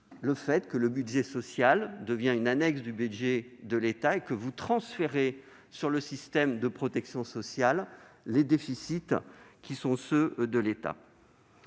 de l'État : le budget social devient une annexe du budget de l'État et vous transférez sur le système de protection sociale les déficits qui sont ceux de l'État.